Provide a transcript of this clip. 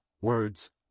words